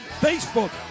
Facebook